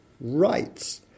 rights